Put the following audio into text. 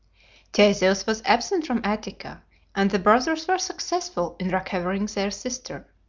theseus was absent from attica and the brothers were successful in recovering their sister.